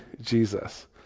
Jesus